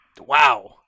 Wow